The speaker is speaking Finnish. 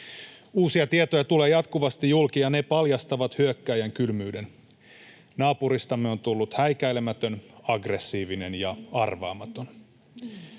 Uusia tietoja tulee jatkuvasti julki, ja ne paljastavat hyökkääjän kylmyyden. Naapuristamme on tullut häikäilemätön, aggressiivinen ja arvaamaton.